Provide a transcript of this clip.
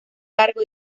cargo